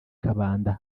kabanda